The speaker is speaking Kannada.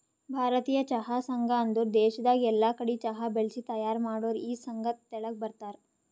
ಭಾರತೀಯ ಚಹಾ ಸಂಘ ಅಂದುರ್ ದೇಶದಾಗ್ ಎಲ್ಲಾ ಕಡಿ ಚಹಾ ಬೆಳಿಸಿ ತೈಯಾರ್ ಮಾಡೋರ್ ಈ ಸಂಘ ತೆಳಗ ಬರ್ತಾರ್